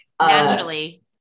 naturally